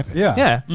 yeah. yeah.